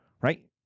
right